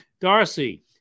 Darcy